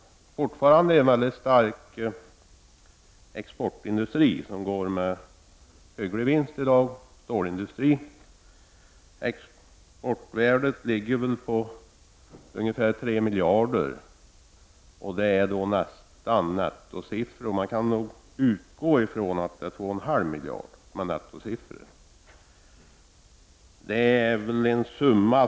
Fortfarande finns en mycket stark exportindustri, stålindustrin, som går med hygglig vinst. Exportvärdet uppgår till ca 2,5 miljarder kronor netto.